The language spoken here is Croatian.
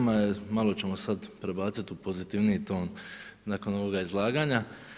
Malo ćemo sada prebaciti u pozitivniji ton nakon ovoga izlaganja.